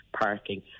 parking